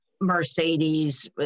Mercedes